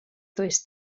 does